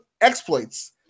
exploits